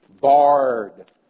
barred